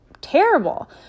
terrible